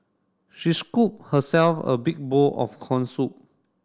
she scoop herself a big bowl of corn soup